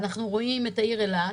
אנחנו רואים את העיר אילת,